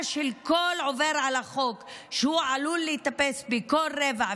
של כל עובר על החוק שהוא עלול להיתפס בכל רגע,